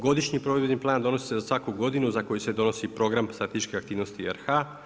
Godišnji provedbeni plan donosi se za svaku godinu za koju se donosi program statističkih aktivnosti RH.